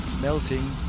Melting